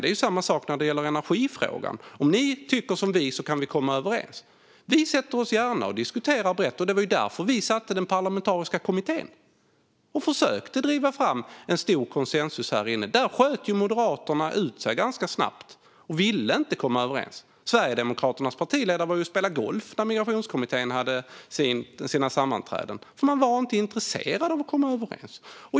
Det är ju samma sak när det gäller energifrågan - "om ni tycker som vi kan vi komma överens". Vi sätter oss gärna och diskuterar brett. Det var därför vi satt i den parlamentariska kommittén och försökte att driva fram en stor konsensus här inne. Där sköt ju Moderaterna ut sig ganska snabbt och ville inte komma överens. Sverigedemokraternas partiledare var och spelade golf när Migrationskommittén hade sina sammanträden. De var inte intresserade av att komma överens.